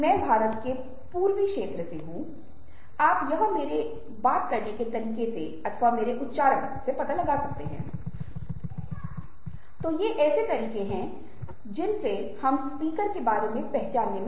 मूल रूप से क्या होता है कि आपको कहा जाता है कि आप अपने आप को मननशील समझें किस बात का ध्यान रखें अपनी भावनाओं को समझें जो भी गतिविधियाँ करें और जो आपके मन में चल रही हैं